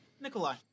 Nikolai